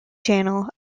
channel